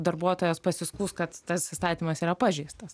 darbuotojas pasiskųs kad tas įstatymas yra pažeistas